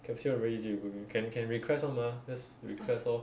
capsule [one] very easy to go in can can request [one] mah just request lor